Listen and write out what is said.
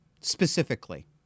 specifically